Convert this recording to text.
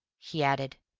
he added,